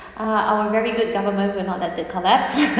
uh our very good government will not let it collapse